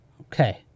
Okay